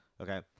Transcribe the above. Okay